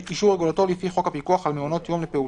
(53)אישור רגולטורי לפי חוק הפיקוח על מעונות יום לפעוטות,